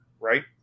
right